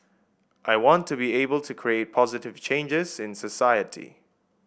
I want to be able to create positive changes in society